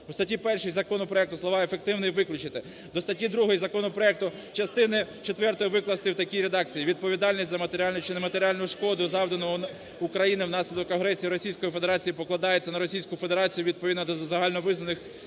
У статті 1 законопроекту слова "ефективний" виключити. До статті 2 законопроекту частини четвертої викласти в такій редакції: "Відповідальність за матеріальну чи нематеріальну шкоду, завдану Україні внаслідок агресії Російської Федерації, покладається на Російську Федерацію відповідно до загально визнаних